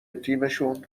تیمشون